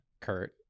Kurt